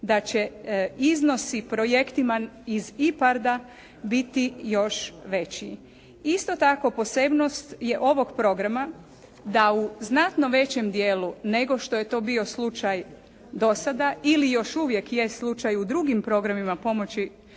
da će iznosi projektima iz IPARD-a biti još veći. Isto tako posebnost je ovog programa da u znatno većem dijelu nego što je to bio slučaj do sada ili još uvijek je slučaj u drugim programima pomoći